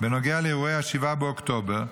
בנוגע לאירוע 7 באוקטובר,